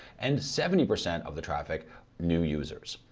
and seventy percent of the traffic new users.